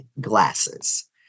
glasses